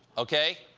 okay?